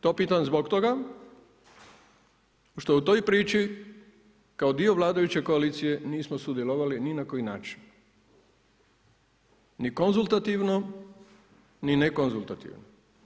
To pitam zbog toga što u toj priči kao dio vladajuće koalicije nismo sudjelovali ni na koji način, ni konzultativno ni ne konzultativno.